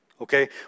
okay